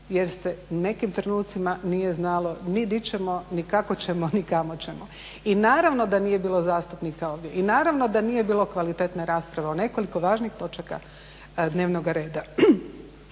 jer se u nekim trenucima nije znalo ni gdje ćemo ni kako ćemo ni kamo ćemo. I naravno da nije bilo zastupnika ovdje i naravno da nije bilo kvalitetne rasprave o nekoliko važnih točaka dnevnoga reda.